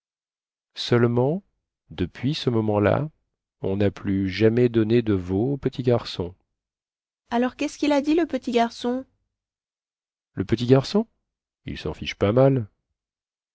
seulement depuis ce moment-là on na plus jamais donné de veau au petit garçon alors quest ce quil a dit le petit garçon le petit garçon il sen fiche pas mal